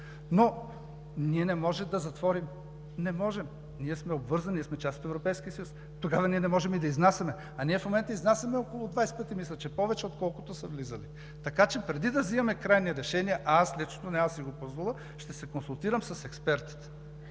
Но ние не може да затворим, не можем – ние сме обвързани, ние сме част от Европейския съюз, тогава ние не можем и да изнасяме. А ние в момента изнасяме около 20 пъти, мисля, повече, отколкото са влизали. Така че преди да взимаме крайни решения – аз лично, няма да си го позволя, ще се консултирам с експертите,